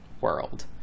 world